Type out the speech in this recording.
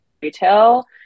Retail